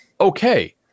okay